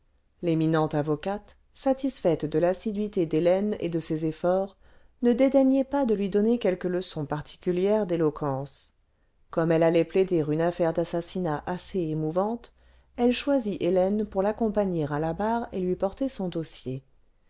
l'éminente avocate satisfaite de l'assiduité d'hélène et de ses efforts ne dédaignait pas de lui donner quelques leçons particulières d'éloquence comme elle allait plaider une affaire d'assassinat assez émouvante elle choisit hélène pour l'accompagner à la barre et lui porter son dossier